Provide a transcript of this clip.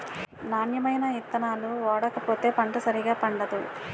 నాణ్యమైన ఇత్తనాలు ఓడకపోతే పంట సరిగా పండదు